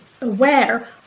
aware